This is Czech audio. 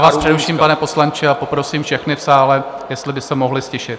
Já vás přeruším, pane poslanče, a poprosím všechny v sále, jestli by se mohli ztišit.